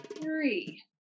three